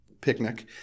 picnic